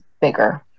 bigger